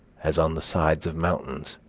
as on the sides of mountains.